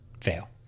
fail